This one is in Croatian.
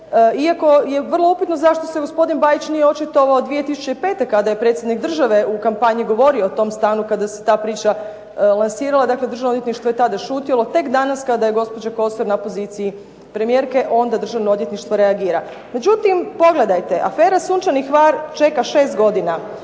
Iako je vrlo upitno zašto se gospodin Bajić nije očitovao 2005. kada je Predsjednik države u kampanji govorio o tom stanu kada se ta priča lansirala. Dakle, Državno odvjetništvo je tada šutjelo. Tek danas kada je gospođa Kosor na poziciji premijerke onda Državno odvjetništvo reagira. Međutim, pogledajte afera "Sunčani Hvar" čeka šest godina,